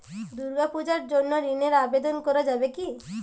দুর্গাপূজার জন্য ঋণের আবেদন করা যাবে কি?